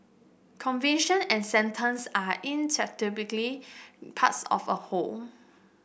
conviction and sentence are parts of a whole